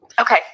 Okay